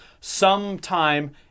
sometime